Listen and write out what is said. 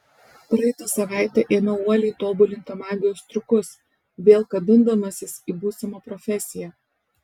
praeitą savaitę ėmiau uoliai tobulinti magijos triukus vėl kabindamasis į būsimą profesiją